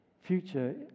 future